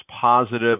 positive